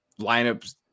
lineups